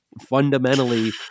fundamentally